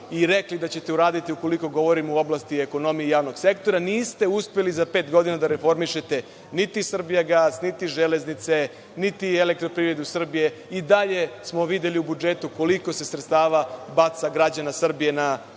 i rekli da ćete uraditi, ukoliko govorimo o oblasti ekonomije javnog sektora. Niste uspeli za pet godina da reformišete niti „Srbijagas“, niti „Železnice“, niti EPS. Videli smo u budžetu koliko se sredstava građana Srbije